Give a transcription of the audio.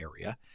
area